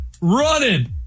Running